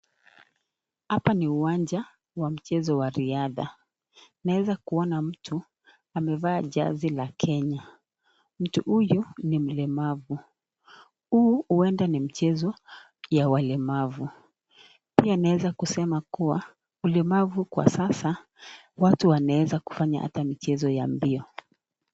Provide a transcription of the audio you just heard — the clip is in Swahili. Hapa ni uwanja wa mchezo wa riadha. Naweza kuona mtu amevaa jezi ya Kenya. Mtu huyu ni mlemavu. Huu huenda ni mchezo wa walemavu. Pia naweza kusema kuwa, ulemavu kwa sasa watu waneweza kufanya hata michezo ya mbio.